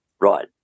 Right